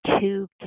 two